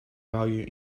value